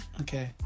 Okay